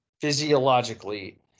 Physiologically